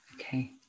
okay